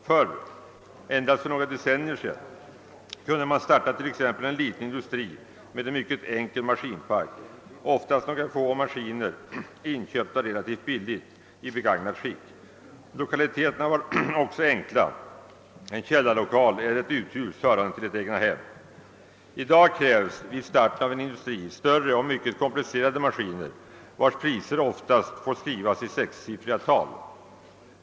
Förr — ända till för något decennium sedan — kunde man starta t.ex. en liten industri med en mycket enkel maskinpark, oftast några få maskiner, inköpta relativt billigt i begagnat skick. Lokaliteterna var också enkla — en källarlokal eller ett uthus, hörande till ett egnahem. I dag krävs vid starten av en industri större och mycket komplicerade maskiner vilkas priser oftast får skrivas i sexsiffriga tal.